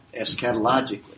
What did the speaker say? eschatologically